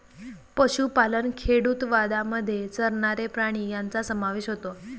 पशुपालन खेडूतवादामध्ये चरणारे प्राणी यांचा समावेश होतो